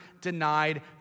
denied